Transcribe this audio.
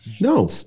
No